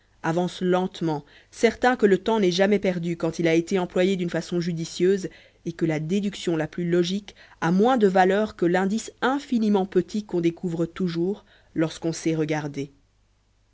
avance lentement certain que le temps n'est jamais perdu quand il a été employé d'une façon judicieuse et que la déduction la plus logique a moins de valeur que l'indice infiniment petit qu'on découvre toujours lorsqu'on sait regarder